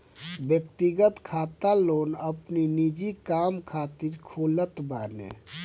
व्यक्तिगत खाता लोग अपनी निजी काम खातिर खोलत बाने